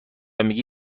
میگی